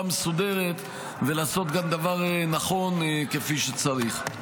מסודרת ולעשות גם דבר נכון כפי שצריך.